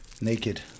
naked